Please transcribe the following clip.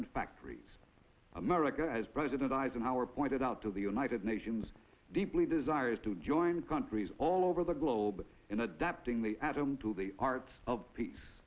and factories america as president eisenhower pointed out to the united nations deeply desires to join countries all over the globe in adapting the at home to the arts of peace